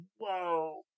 Whoa